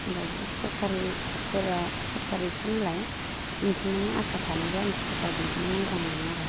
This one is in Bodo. ओमफ्राय सरकारिफोरा सरकारिखा नालाय मोनफिननायनि आसा थानायखाय आं सरकारि बेंकखौनो मोजां मोनो आरो